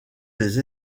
des